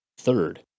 Third